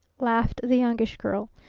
laughed the youngish girl.